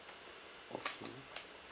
okay